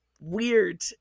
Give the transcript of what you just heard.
weird